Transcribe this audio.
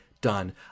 done